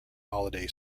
holiday